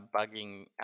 bugging